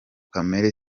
kamere